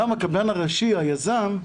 גם הקבלן הראשי, היזם,